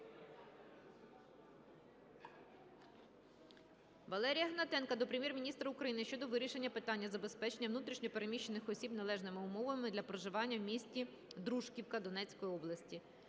Валерія Гнатенка до Прем'єр-міністра України щодо вирішення питання забезпечення внутрішньо переміщених осіб належними умовами для проживання в місті Дружківка, Донецької області.